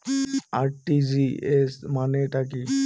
RTGS মানে টা কি?